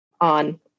on